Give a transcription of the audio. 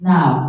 Now